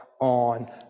on